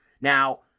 Now